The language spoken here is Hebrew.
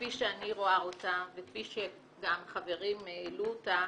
כפי שאני רואה אותה וכפי שגם חברים העלו אותה,